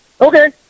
okay